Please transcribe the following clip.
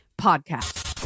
Podcast